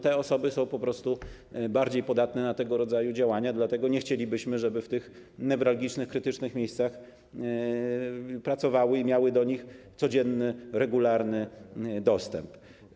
Te osoby są po prostu bardziej podatne na tego rodzaju działania, dlatego nie chcielibyśmy, żeby w tych newralgicznych, krytycznych miejscach pracowały i miały do nich codzienny, regularny dostęp.